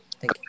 Thank